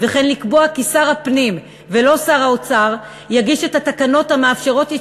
וכן לקבוע כי שר הפנים ולא שר האוצר יגיש את התקנות המאפשרות את